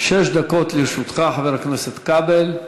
שש דקות לרשותך, חבר הכנסת כבל.